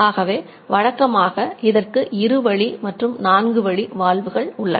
ஆகவே வழக்கமாக இதற்கு இரு வழி மற்றும் நான்கு வழி வால்வுகள் உள்ளன